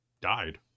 died